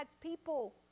people